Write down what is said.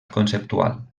conceptual